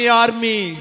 army